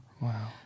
Wow